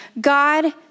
God